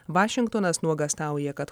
vašingtonas nuogąstauja kad